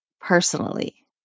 personally